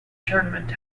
tournament